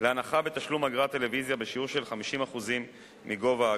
להנחה בתשלום אגרת טלוויזיה בשיעור 50% מגובה האגרה.